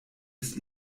ist